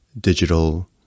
digital